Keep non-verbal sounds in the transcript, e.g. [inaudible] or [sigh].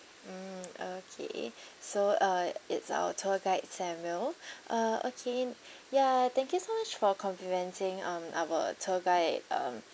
mm okay [breath] so uh it's our tour guide samuel [breath] uh okay ya thank you so much for complimenting um our tour guide um